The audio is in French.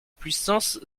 puissance